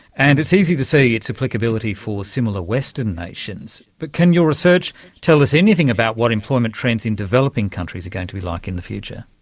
and it's easy to see its applicability for similar western nations, but can your research tell us anything about what employment trends in developing countries are going to be like in the future?